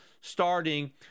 starting